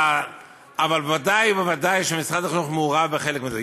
אבל בוודאי ובוודאי שמשרד החינוך מעורב בחלק מהדברים.